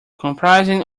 comprising